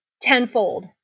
tenfold